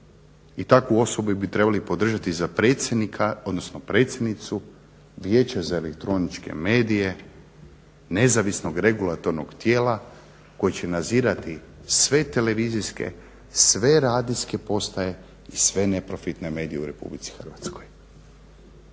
I takvu osobu bi trebali podržati za predsjednika, odnosno predsjednicu Vijeća za elektroničke medije, nezavisnog regulatornog tijela koje će nadzirati sve televizijske, sve radijske postaje i sve neprofitne medije u Republici Hrvatskoj.